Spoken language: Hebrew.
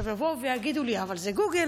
עכשיו, יבואו ויגידו לי: אבל זה גוגל.